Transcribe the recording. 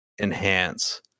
enhance